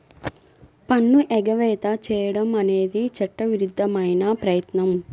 పన్ను ఎగవేత చేయడం అనేది చట్టవిరుద్ధమైన ప్రయత్నం